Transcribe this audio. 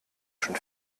schon